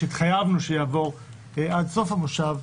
שהתחייבנו שיעבור עד סוף המושב,